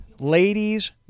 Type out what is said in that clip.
Ladies